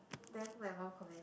then my mom comment